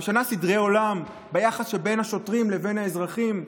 שמשנה סדרי עולם ביחס שבין השוטרים לבין האזרחים,